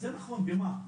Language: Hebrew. זה נכון במה?